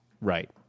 right